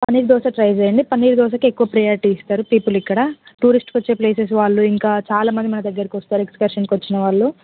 paneer dosa try చేయండి పన్నీర్ దోశకి ఎక్కువ ప్రయారిటీ ఇస్తారు పీపుల్ ఇక్కడ టూరిస్ట్కి వచ్చే ప్లేసెస్ వాళ్ళు ఇంకా చాలా మంది మా దగ్గరకి వస్తారు ఎక్స్కర్షన్కి వచ్చిన వాళ్ళు